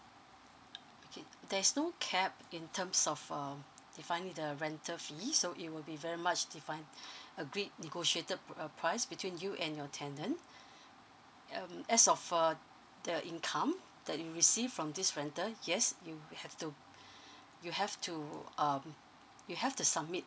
okay there is no cap in terms of um the defining the rental fee so it will be very much define a great negotiated p~ uh price between you and your tenant um as of uh the income that you receive from this rental yes you will have to you have to um you have to submit